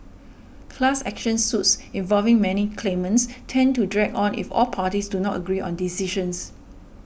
class action suits involving many claimants tend to drag on if all parties do not agree on decisions